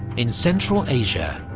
in central asia,